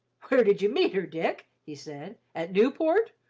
where did you meet her, dick? he said. at newport?